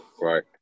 right